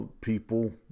people